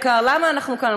חברי היקר, למה אנחנו כאן?